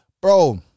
Bro